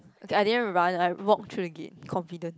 okay I didn't run I walk through the gate confident